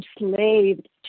enslaved